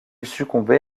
succombé